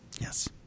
yes